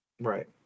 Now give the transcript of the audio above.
Right